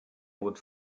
would